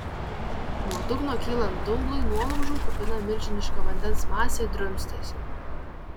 nuo dugno kylant dumblui nuolaužų kupina milžiniška vandens masė drumstėsi